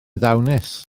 ddawnus